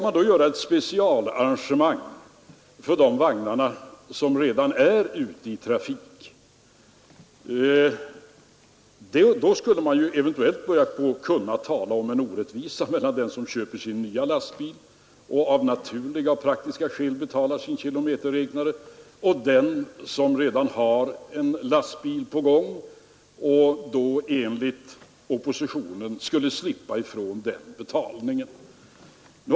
Gjordes det ett specialarrangemang för de vagnar som redan är ute i trafik, skulle man kunna börja tala om en orättvisa mellan dem som köper en ny lastbil och av naturliga och praktiska skäl betalar sin kilometerräknare och dem som redan har en lastbil och då enligt oppositionen skulle slippa från kostnaden för kilometerräknare.